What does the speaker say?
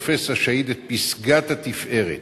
תופס השהיד את פסגת התפארת.